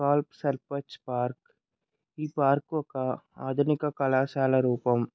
scalp sarpanch park ఈ park ఒక ఆధునిక కళాశాల రూపం